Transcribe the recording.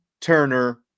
Turner